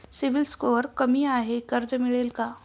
CIBIL score कमी आहे कर्ज मिळेल का?